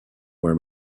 where